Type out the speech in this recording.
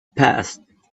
passed